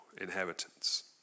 inheritance